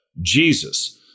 Jesus